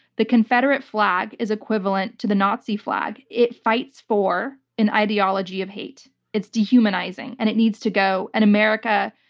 the confederate flag is equivalent to the nazi flag. it fights for an ideology of hate. it's dehumanizing and it needs to go. in america,